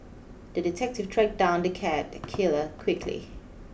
the detective tracked down the cat killer quickly